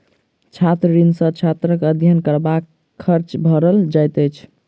छात्र ऋण सॅ छात्रक अध्ययन करबाक खर्च भरल जाइत अछि